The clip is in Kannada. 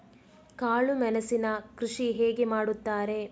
ಕಾಳು ಮೆಣಸಿನ ಕೃಷಿ ಹೇಗೆ ಮಾಡುತ್ತಾರೆ?